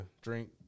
Drink